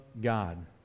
god